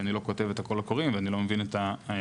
כי אני לא כותב את הקולות הקוראים ואני לא מבין את הדברים